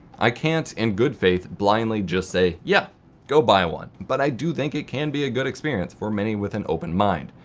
i can't, in good faith, blindly just say yeah go buy one, but i do think it can be a good experience for many with an open mind.